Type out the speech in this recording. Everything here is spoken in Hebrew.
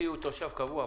צדיקביץ.